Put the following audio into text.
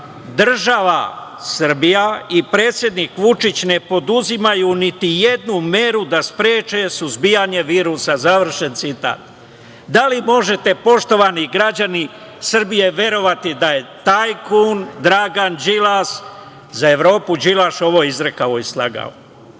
država Srbija i predsednik Vučić ne preduzimaju niti jednu meru da spreče suzbijanje virusa, završen citat. Da li možete, poštovani građani Srbije, verovati da je tajkun Dragan Đilas, za Evropu Đilaš, ovo izrekao i slagao?